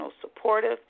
supportive